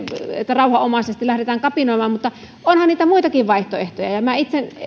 että rauhanomaisesti lähdetään kapinoimaan mutta onhan niitä muitakin vaihtoehtoja minä